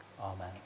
amen